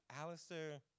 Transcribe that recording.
Alistair